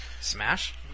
Smash